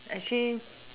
actually